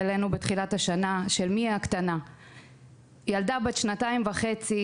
אליה בתחילת השנה של ילדה בת שנתיים וחצי,